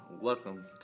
welcome